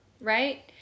right